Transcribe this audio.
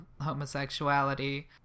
homosexuality